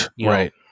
right